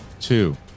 two